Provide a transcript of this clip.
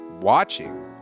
watching